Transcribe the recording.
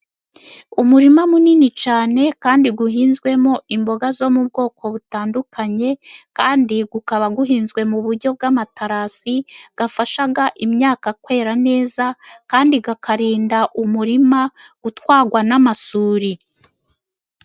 Umurima munini cyane kandi uhinzwemo imboga zo mu bwoko butandukanye, kandi ukaba guhinzwe mu buryo bw'amaterasi bwafashaga imyaka kwera neza kandi, kakarinda umurima gutwarwa n'amasuri.